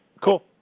Cool